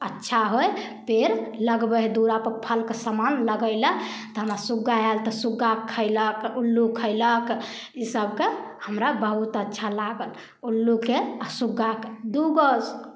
अच्छा होइ पेड़ लगबै हइ दुअरापर फलके सामान लगयलक तऽ हमरा सुग्गा आयल तऽ सुग्गा खयलक उल्लू खयलक ईसभके हमरा बहुत अच्छा लागल उल्लूके आ सुग्गाके दू गो